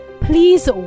please